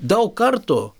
daug kartų